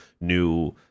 new